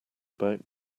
about